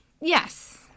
Yes